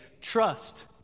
trust